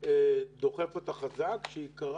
בה רבות גם כאחד מראשי שדולת כחול לבן פה בכנסת וגם בהקשר